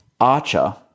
archer